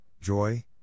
joy